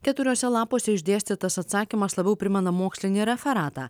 keturiuose lapuose išdėstytas atsakymas labiau primena mokslinį referatą